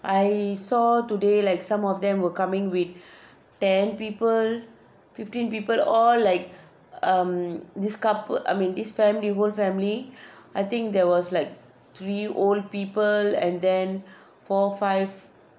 I saw today like some of them were coming with ten people fifteen people all like um this coupl~ I mean this family whole family I think there was like three old people and then four five